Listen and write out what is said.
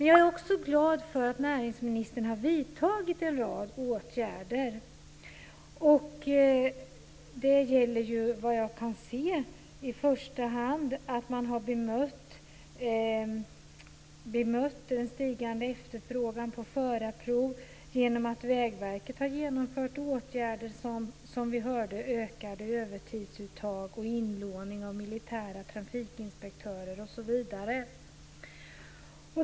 Jag är också glad över att näringsministern har vidtagit en rad åtgärder. Det gäller, vad jag kan se, i första hand att Vägverket har bemött den stigande efterfrågan på förarprov genom att, som vi hörde, genomföra åtgärder som ökade övertidsuttag, inlåning av militära trafikinspektörer osv.